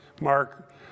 Mark